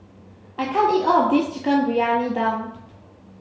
I can't eat all of this Chicken Briyani Dum